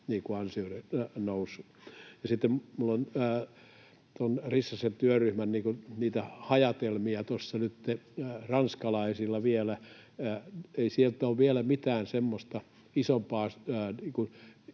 ansioiden nousuun. Sitten minulla on Rissasen työryhmän ajatelmia tuossa nytten ranskalaisilla viivoilla vielä. Ei sieltä ole vielä mitään semmoista isompaa